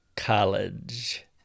college